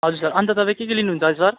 हजुर सर अन्त तपाईँ के के लिनुहुन्छ अरे सर